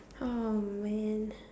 ah man